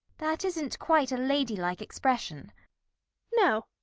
that isn't quite a ladylike expression no,